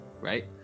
right